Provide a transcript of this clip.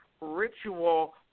ritual